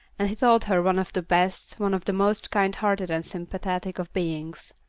and he thought her one of the best, one of the most kind-hearted and sympathetic of beings.